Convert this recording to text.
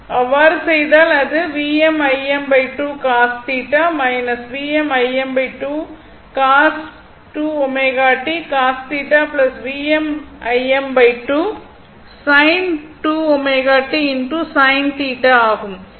அவ்வாறு செய்தால் அது ஆகும்